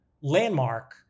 landmark